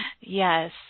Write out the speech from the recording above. yes